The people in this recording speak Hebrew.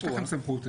יש לכם סמכות.